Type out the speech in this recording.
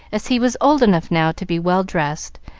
as he was old enough now to be well-dressed,